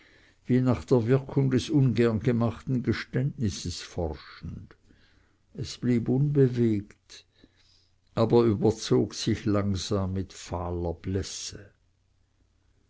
wie nach der wirkung des ungern gemachten geständnisses forschend es blieb unbewegt aber überzog sich langsam mit